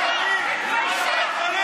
תתביישו.